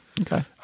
Okay